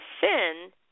sin